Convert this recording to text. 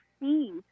see